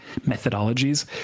methodologies